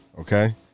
okay